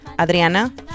Adriana